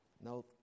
Now